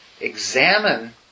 examine